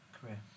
career